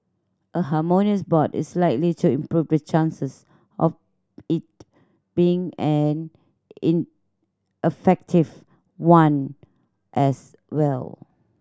a harmonious board is likely to improve the chances of it being an in one as well